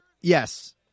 yes